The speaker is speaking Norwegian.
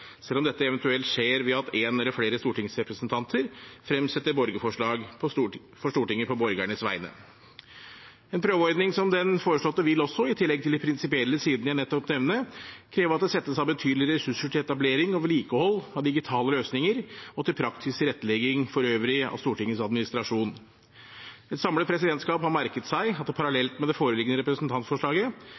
selv om dette eventuelt skjer ved at en eller flere stortingsrepresentanter fremsetter borgerforslag for Stortinget på borgernes vegne. En prøveordning som den foreslåtte, vil også – i tillegg til de prinsipielle sidene jeg nettopp nevnte – kreve at det settes av betydelige ressurser til etablering og vedlikehold av digitale løsninger og til praktisk tilrettelegging for øvrig av Stortingets administrasjon. Et samlet presidentskap har merket seg at det parallelt med det foreliggende representantforslaget